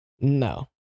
No